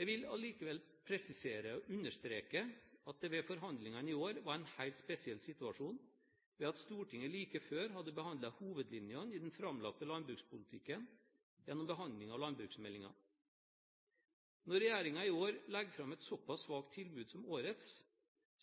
Jeg vil allikevel presisere og understreke at det ved forhandlingene i år var en helt spesiell situasjon ved at Stortinget like før hadde behandlet hovedlinjene i den framlagte landbrukspolitikken gjennom behandling av landbruksmeldingen. Når regjeringen i år legger fram et såpass svakt tilbud som årets,